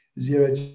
zero